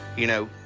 you know,